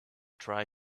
try